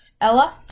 Ella